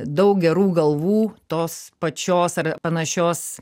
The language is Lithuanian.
daug gerų galvų tos pačios ar panašios